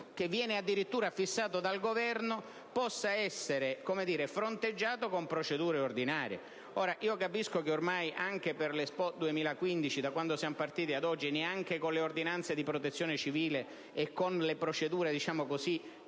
previsto e addirittura fissato dal Governo, possa essere fronteggiato con procedure ordinarie. Io capisco che ormai anche per l'Expo 2015, da quando siamo partiti ad oggi, neanche con le ordinanze di Protezione civile e con le procedure di massima